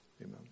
Amen